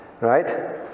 right